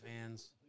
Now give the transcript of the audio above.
fans